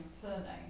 surname